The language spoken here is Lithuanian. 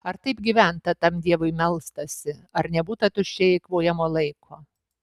ar taip gyventa tam dievui melstasi ar nebūta tuščiai eikvojamo laiko